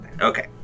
Okay